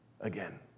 again